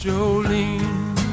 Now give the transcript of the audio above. Jolene